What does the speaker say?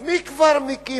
אז מי כבר מגיע?